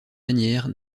manière